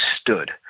stood